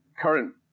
Current